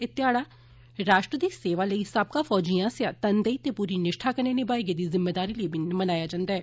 एह् ध्याड़ा राष्ट्र दी सेवां लेई साबका फौजियें आस्सेआ तनदेई दे पूरी निष्ठा कन्नै निमाई गेदी जिम्मेदारी लेई बी मनाया जंदा ऐ